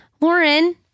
Lauren